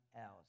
else